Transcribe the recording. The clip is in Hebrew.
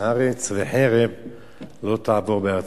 וחרב לא תעבר בארצכם".